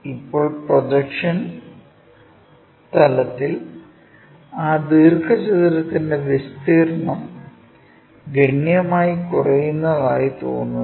ഇപ്പോൾ പ്രൊജക്ഷൻ തലത്തിൽ ആ ദീർഘചതുരത്തിന്റെ വിസ്തീർണ്ണം ഗണ്യമായി കുറയുന്നതായി തോന്നുന്നു